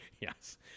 yes